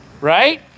Right